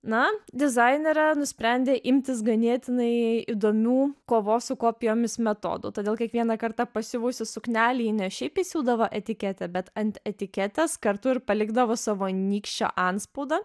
na dizainerė nusprendė imtis ganėtinai įdomių kovos su kopijomis metodų todėl kiekvieną kartą pasiuvusi suknelę ji ne šiaip įsiūdavo etiketę bet ant etiketės kartu ir palikdavo savo nykščio antspaudą